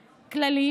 בכללים.